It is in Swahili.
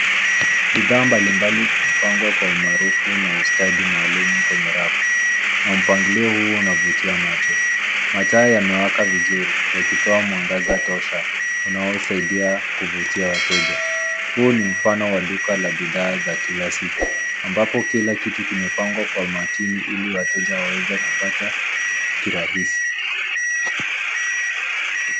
Bidhaa mbali mbali zimepangwa kwa umaarufu na ustadi maalum kwenye rafu na mpangilio huyu unafutia majo, mataa yamewakaa vizuri yakitoa mwangaza tosha unaosaidia kufutia wateja, huyu mfano wa duka la bidhaa za kila siku ambapo kila kitu imepangwa kwa umakini ili wateja wawezi kupata kirahizi.